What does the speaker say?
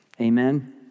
Amen